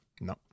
No